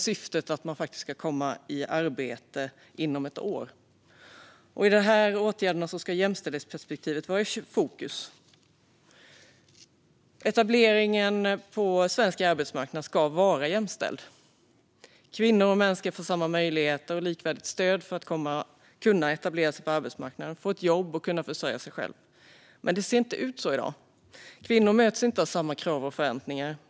Syftet är att man ska komma i arbete inom ett år. I den här åtgärden ska jämställdhetsperspektivet vara i fokus. Etableringen på svensk arbetsmarknad ska vara jämställd. Kvinnor och män ska få samma möjligheter och likvärdigt stöd för att kunna etablera sig på arbetsmarknaden, få jobb och försörja sig själv. Men det ser inte ut så i dag. Kvinnor möts inte av samma krav och förväntningar.